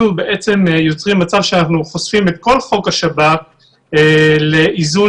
כאשר מתוכם כלי השב"כ איתר